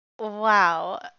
Wow